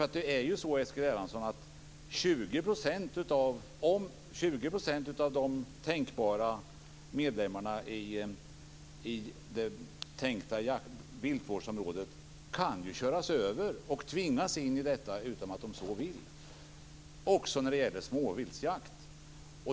20 % av de tänkbara medlemmarna i det tänkta viltvårdsområdet kan ju köras över, Eskil Erlandsson, och tvingas in i detta utan att de vill, också när det gäller småviltsjakt.